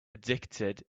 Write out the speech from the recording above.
addicted